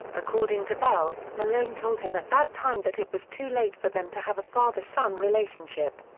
according to bell, malone told him at that time that it was too late for them to have a father-son relationship.